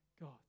God